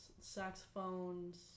saxophones